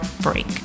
break